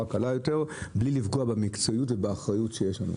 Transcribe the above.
קלה יותר בלי לפגוע במקצועיות ובאחריות שיש לנו.